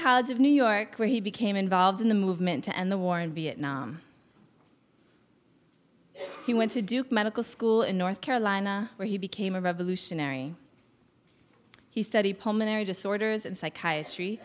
college of new york where he became involved in the movement to end the war in vietnam he went to duke medical school in north carolina where he became a revolutionary he studied pulmonary disorders and psychiatry